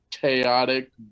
chaotic